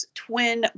twin